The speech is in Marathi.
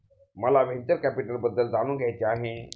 मला व्हेंचर कॅपिटलबद्दल जाणून घ्यायचे आहे